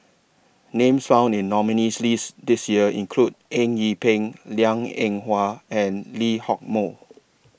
Names found in nominees' list This Year include Eng Yee Peng Liang Eng Hwa and Lee Hock Moh